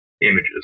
images